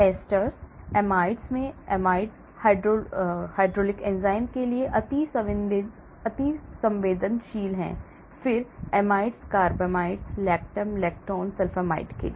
esters amides में amides hydrolytic एंजाइमों के लिए अतिसंवेदनशील है फिर amides carbamates lactam lactone sulfonamide के लिए